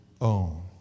own